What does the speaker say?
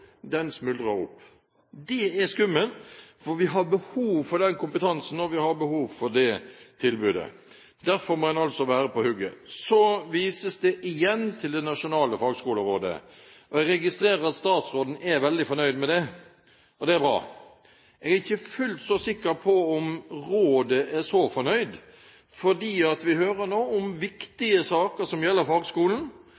Den smuldrer opp. Det er skummelt, for vi har behov for den kompetansen, og vi har behov for det tilbudet. Derfor må en være på hugget. Så vises det igjen til det nasjonale fagskolerådet, og jeg registrerer at statsråden er veldig fornøyd med det. Det er bra. Jeg er ikke fullt så sikker på om rådet er så fornøyd, for vi hører nå om